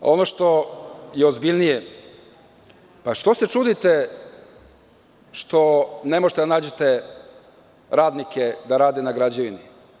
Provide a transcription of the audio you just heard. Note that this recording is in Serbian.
Ovo što je ozbiljnije, pa što se čudite što ne možete da nađete radnike da rade na građevini?